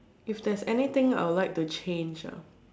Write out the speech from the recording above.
if there's anything I would like to change ah